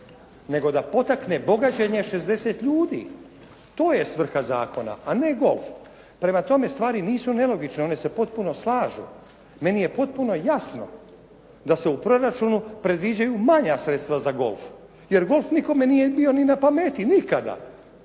Nego da potakne bogaćenje 60 ljudi. To je svrha zakona, a ne golf. Prema tome, stvari nisu nelogične, one se potpuno slažu. Meni je potpuno jasno da se u proračunu predviđaju manja sredstva za golf. Jer golf nikome nije bio ni na pameti nikada